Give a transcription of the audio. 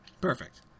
Perfect